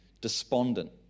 despondent